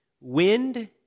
wind